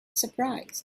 surprised